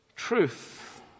truth